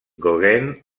gauguin